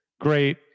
Great